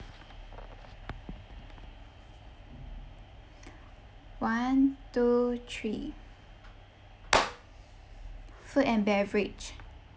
one two three food and beverage